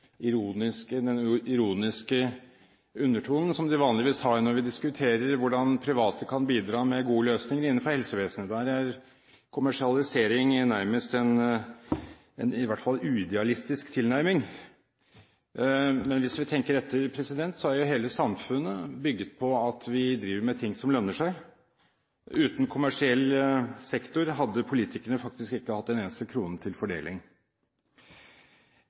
den ironiske undertonen som en vanligvis har når vi diskuterer hvordan private kan bidra med gode løsninger innenfor helsevesenet. Der er kommersialisering nærmest en uidealistisk tilnærming. Hvis vi tenker etter, er hele samfunnet bygget på at vi driver med ting som lønner seg. Uten kommersiell sektor hadde politikerne faktisk ikke hatt en eneste krone til fordeling.